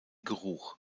geruch